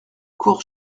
cours